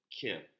Kim